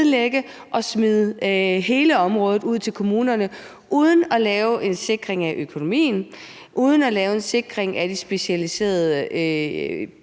og smide hele området ud til kommunerne uden at lave en sikring af økonomien og uden at lave en sikring af de specialiserede